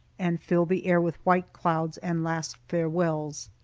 and fill the air with white clouds and last farewells.